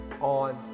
on